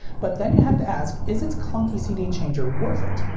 but then you have to ask, is its clunky cd changer worth it?